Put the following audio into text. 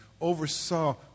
oversaw